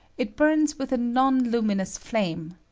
it burns with a non-lu minons flame,